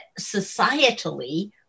societally